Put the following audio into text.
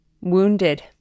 wounded